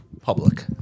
Public